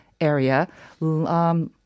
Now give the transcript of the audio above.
area